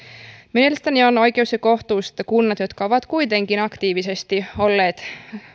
mielestäni on oikeus ja kohtuus että kunnat jotka ovat kuitenkin aktiivisesti olleet